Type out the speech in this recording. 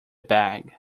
bag